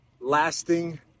lasting